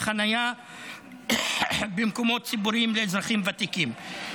חניה במקומות ציבוריים לאזרחים ותיקים.